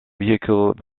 vehicle